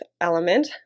element